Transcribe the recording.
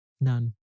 None